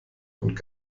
und